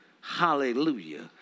Hallelujah